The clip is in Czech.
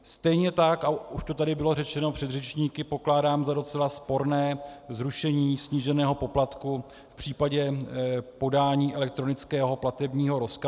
Stejně tak, a už to tady bylo řečeno předřečníky, pokládám za docela sporné zrušení sníženého poplatku v případě podání elektronického platebního rozkazu.